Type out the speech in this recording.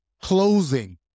closing